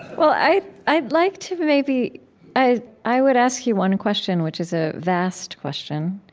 well, i'd i'd like to maybe i i would ask you one question, which is a vast question.